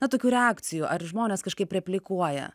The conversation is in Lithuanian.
na tokių reakcijų ar žmonės kažkaip replikuoja